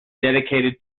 dedicated